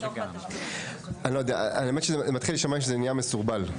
זה מתחיל להישמע לי מסורבל.